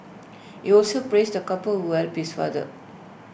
he also praised the couple who helped his father